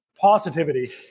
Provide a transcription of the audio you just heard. positivity